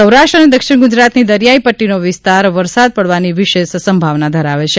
સૌરાષ્ટ્ર અને દક્ષિણ ગુજરાતની દરિયાઇ પટ્ટીનો વિસ્તાર વરસાદ પડવાની વશેષ સંભાવના ધરાવે છે